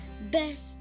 best